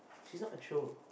she's not a chio